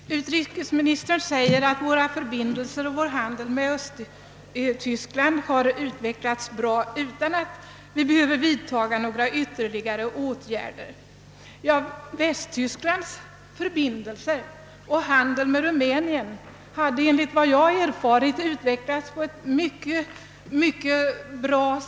Herr talman! Utrikesministern säger att våra förbindelser och vår handel med Östtyskland har utvecklats bra och att vi därför inte behöver vidtaga några ytterligare åtgärder. Västtysklands handel och övriga förbindelser med Rumänien hade också enligt vad jag erfarit utvecklats mycket bra.